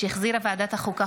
שהחזירה ועדת החוקה,